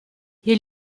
hier